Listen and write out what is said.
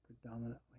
predominantly